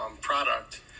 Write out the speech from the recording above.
product